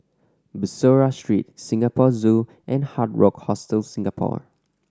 Bussorah Street Singapore Zoo and Hard Rock Hostel Singapore